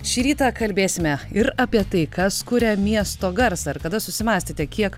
šį rytą kalbėsime ir apie tai kas kuria miesto garsą ar kada susimąstėte kiek